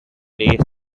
days